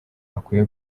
akwiye